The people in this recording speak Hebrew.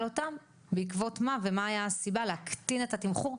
אותם בעקבות מה ומה הייתה הסיבה להקטין את התמחור,